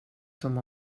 som